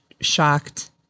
shocked